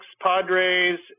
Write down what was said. Padres